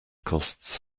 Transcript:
costs